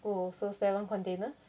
oh so seven containers ya